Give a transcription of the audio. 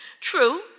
True